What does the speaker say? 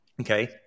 okay